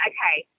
Okay